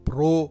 Pro